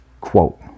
Quote